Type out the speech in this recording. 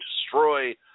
destroy